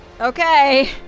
okay